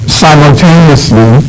simultaneously